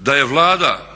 da je Vlada